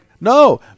no